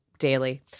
Daily